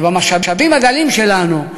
כי במשאבים הדלים שלנו,